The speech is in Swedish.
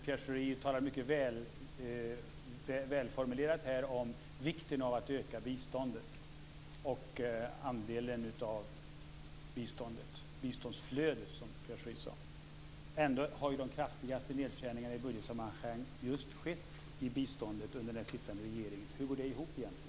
Pierre Schori talade här mycket väl om vikten av att öka biståndet och andelen av biståndet - biståndsflödet, som Pierre Schori sade. Ändå har de kraftigaste nedskärningarna i budgetsammanhang just skett i biståndet under den sittande regeringen. Hur går det egentligen ihop?